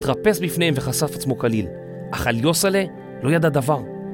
התרפס בפניהם וחשף עצמו קליל, אך על יוסלה לא ידע דבר.